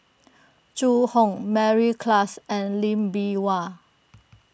Zhu Hong Mary Klass and Lee Bee Wah